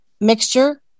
mixture